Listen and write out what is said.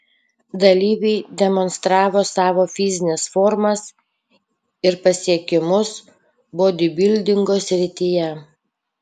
dalyviai demonstravo savo fizines formas ir pasiekimus bodybildingo srityje